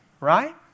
right